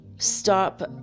Stop